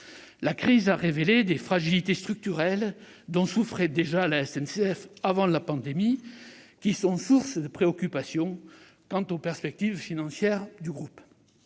La crise a révélé les fragilités structurelles dont souffrait déjà la SNCF avant la pandémie, sources de préoccupations quant aux perspectives financières du groupe.